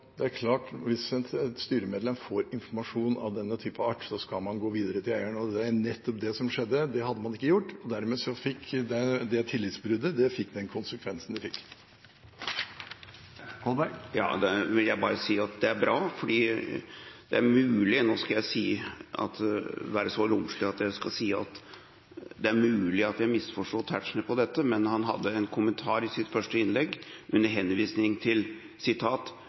Det er klart at hvis et styremedlem får informasjon av denne typen, skal man gå videre til eieren, og det var nettopp det som skjedde, at det hadde man ikke gjort, og dermed fikk det tillitsbruddet den konsekvensen det fikk. Jeg vil bare si at det er bra. Nå skal jeg være så romslig at jeg skal si at det er mulig at jeg har misforstått Tetzschner på dette, men han hadde en kommentar i sitt første innlegg under henvisning til